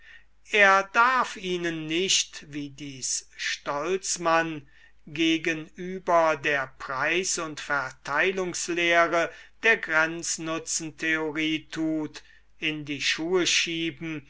er darf ihnen nicht wie dies stolzmann gegenüber der preis und verteilungslehre der grenznutzentheorie tut in die schuhe schieben